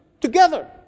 Together